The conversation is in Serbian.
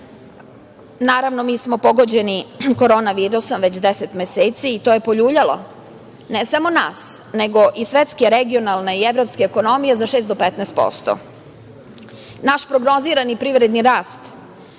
Naravno, mi smo pogođeni korona virusom već 10 meseci, i to je poljuljalo, ne samo nas, nego i svetske, regionalne i evropske ekonomije za 6 do 15%. Naš prognozirani privredni rast